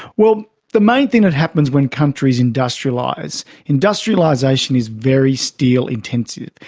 well, the main thing that happens when countries industrialise, industrialisation is very steel intensive.